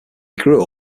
grew